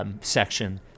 Section